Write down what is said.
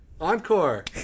Encore